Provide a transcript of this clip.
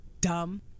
dumb